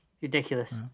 Ridiculous